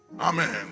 Amen